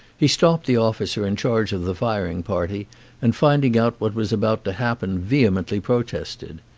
he stopped the officer in charge of the firing party and finding out what was about to happen vehemently protested.